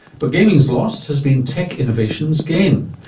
but gaming's loss has been tech innovation's gain.